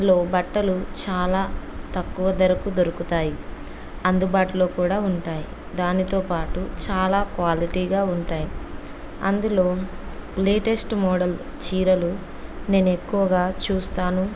అందులో బట్టలు చాలా తక్కువ ధరకు దొరుకుతాయి అందుబాటులో కూడా ఉంటాయి దానితో పాటు చాలా క్వాలిటీగా ఉంటాయి అందులో లేటెస్ట్ మోడల్ చీరలు నేను ఎక్కువగా చూస్తాను